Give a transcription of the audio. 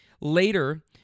Later